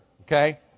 okay